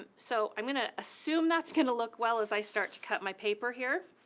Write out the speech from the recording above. um so i'm gonna assume that's gonna look well as i start to cut my paper here.